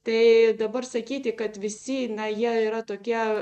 tai dabar sakyti kad visi jie yra tokie